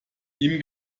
ihm